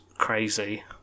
crazy